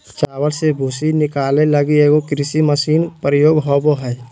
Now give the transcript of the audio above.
चावल से भूसी निकाले लगी एगो कृषि मशीन प्रयोग होबो हइ